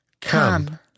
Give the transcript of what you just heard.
Come